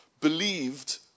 believed